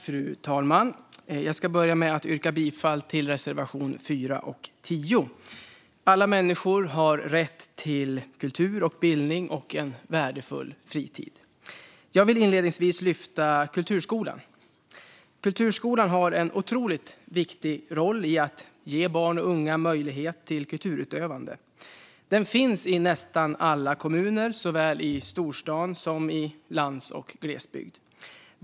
Fru talman! Jag ska börja med att yrka bifall till reservation 4 och 10. Alla människor har rätt till kultur och bildning och en värdefull fritid. Jag vill inledningsvis lyfta kulturskolan. Kulturskolan har en otroligt viktig roll i att ge barn och unga möjlighet till kulturutövande. Den finns i nästan alla kommuner, såväl i storstaden som i lands och glesbygd.